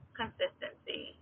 consistency